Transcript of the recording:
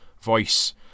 voice